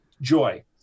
joy